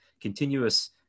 continuous